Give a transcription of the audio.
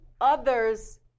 others